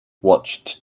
watched